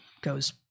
goes